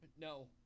No